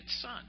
son